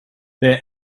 their